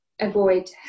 avoid